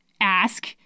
ask